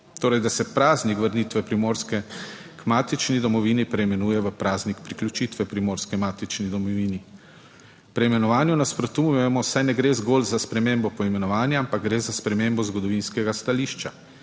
torej, da se praznik vrnitve Primorske k matični domovini preimenuje v praznik priključitve Primorske k matični domovini. Preimenovanju nasprotujemo, saj ne gre zgolj za spremembo poimenovanja, ampak gre za spremembo zgodovinskega stališča.